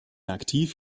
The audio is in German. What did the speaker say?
aktiv